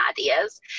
ideas